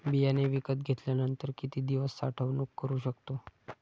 बियाणे विकत घेतल्यानंतर किती दिवस साठवणूक करू शकतो?